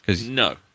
no